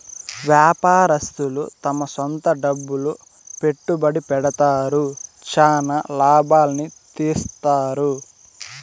వ్యాపారస్తులు తమ సొంత డబ్బులు పెట్టుబడి పెడతారు, చానా లాభాల్ని తీత్తారు